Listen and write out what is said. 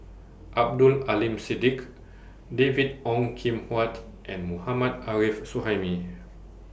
Abdul Aleem Siddique David Ong Kim Huat and Mohammad Arif Suhaimi